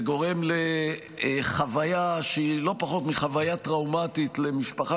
וגורם לחוויה שהיא לא פחות מחוויה טראומטית למשפחה